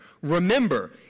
Remember